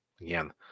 again